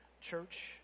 church